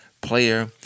player